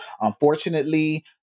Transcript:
unfortunately